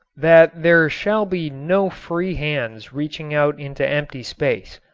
that there shall be no free hands reaching out into empty space.